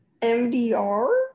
MDR